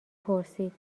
پرسید